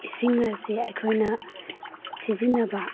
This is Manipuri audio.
ꯏꯁꯤꯡ ꯑꯁꯤ ꯑꯩꯈꯣꯏꯅ ꯁꯤꯖꯤꯟꯅꯕ